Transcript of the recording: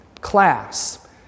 class